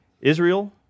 Israel